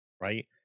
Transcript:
Right